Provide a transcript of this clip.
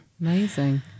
Amazing